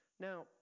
Now